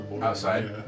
Outside